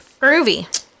groovy